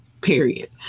Period